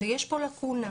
ויש פה לקונה.